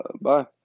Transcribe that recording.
bye